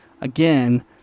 again